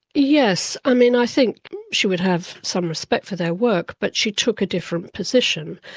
yes, i mean i think she would have some respect for their work, but she took a different position.